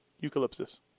eucalyptus